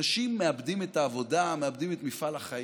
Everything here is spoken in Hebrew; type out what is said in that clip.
אנשים מאבדים את העבודה, מאבדים את מפעל החיים.